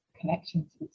connections